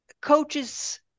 coaches